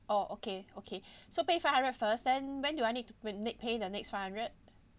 orh okay okay so pay five hundred first then when do I need to we need pay the next five hundred